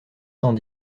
cent